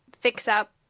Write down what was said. fix-up